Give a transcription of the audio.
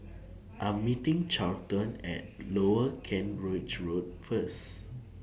I Am meeting Charlton At Lower Kent Ridge Road First